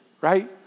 right